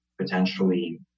potentially